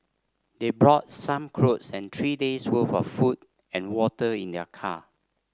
they brought some clothes and three days' worth of food and water in their car